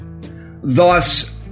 Thus